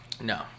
No